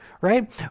right